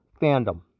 fandom